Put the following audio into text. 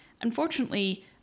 Unfortunately